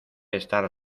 estar